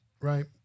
right